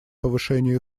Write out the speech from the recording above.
повышению